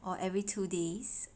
or every two days